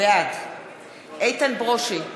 בעד איתן ברושי,